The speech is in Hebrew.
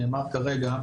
פה,